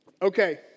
Okay